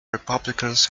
republicans